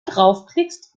draufklickst